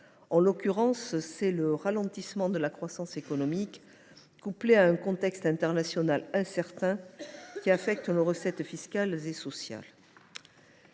En l’occurrence, c’est le ralentissement de la croissance économique, couplé à un contexte international incertain, qui affecte nos recettes fiscales et sociales.